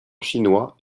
chinois